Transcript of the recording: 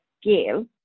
scale